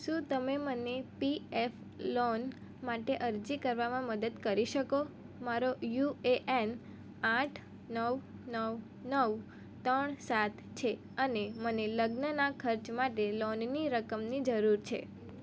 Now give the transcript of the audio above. શું તમે મને પીએફ લોન માટે અરજી કરવામાં મદદ કરી શકો મારો યુ એ એન આઠ નવ નવ નવ ત્રણ સાત છે અને મને લગ્નના ખર્ચ માટે લોનની રકમની જરૂર છે